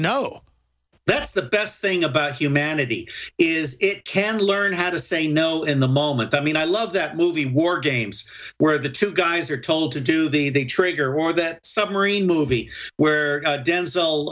no that's the best thing about humanity is it can learn how to say no in the moment i mean i love that movie war games where the two guys are told to do the they trigger war that submarine movie where